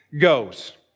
goes